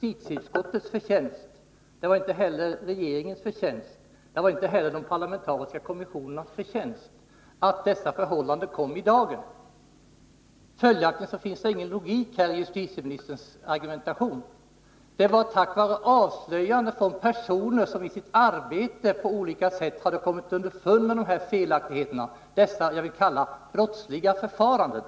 Herr talman! Det var faktiskt inte justitieutskottets, regeringens eller de parlamentariska kommissionernas förtjänst att dessa förhållanden kom i dagen. Följaktligen finns det ingen logik i justitieministerns argumentation. Avslöjandena gjordes av personer som i sitt arbete hade kommit underfund med dessa felaktigheter — för att inte säga brottsliga förfaranden.